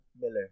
Miller